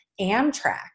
Amtrak